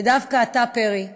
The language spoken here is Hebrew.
ודווקא אתה, פרי,